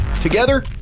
Together